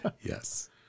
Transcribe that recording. Yes